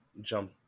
jump